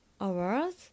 hours